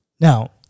Now